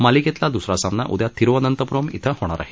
मालिकेतला दूसरा सामना उद्या थिरुअनंतपूरम इथं होणार आहे